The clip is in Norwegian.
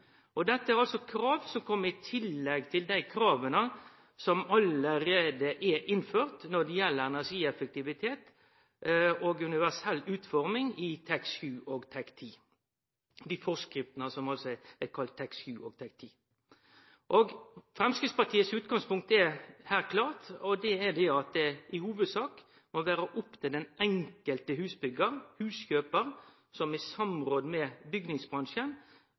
Dette er krav som kjem i tillegg til dei krava som allereie er innførte når det gjeld energieffektivitet og universell utforming i dei forskriftene som er kalla TEK7 og TEK10. Framstegspartiet sitt utgangspunkt er heilt klart: Det må i hovudsak vere opp til den enkelte husbyggjar/huskjøpar, som i samråd med